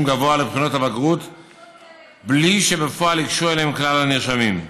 גבוה לבחינות הבגרות בלי שבפועל ייגשו אליהן כלל הנרשמים.